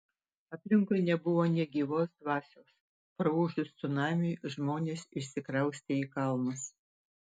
aplinkui nebuvo nė gyvos dvasios praūžus cunamiui žmonės išsikraustė į kalnus